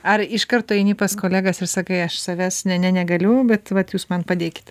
ar iš karto eini pas kolegas ir sakai aš savęs ne ne negaliu bet vat jūs man padėkit